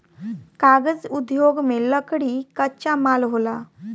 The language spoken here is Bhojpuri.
कागज़ उद्योग में लकड़ी कच्चा माल होला